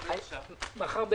הישיבה ננעלה בשעה 14:50.